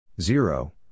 Zero